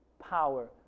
power